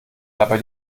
dabei